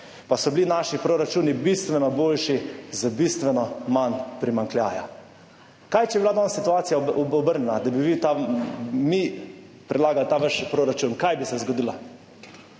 pa so bili naši proračuni bistveno boljši, z bistveno manj primanjkljaja. Kaj če bi bila danes situacija obrnjena in bi mi predlagali ta vaš proračun, kaj bi se zgodilo?